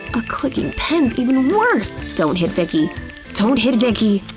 a clicking pen's even worse! don't hit vicki don't hit vicki,